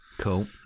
Cool